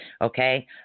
Okay